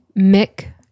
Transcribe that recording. Mick